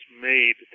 made